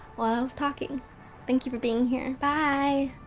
while i was talking thank you for being here. bye!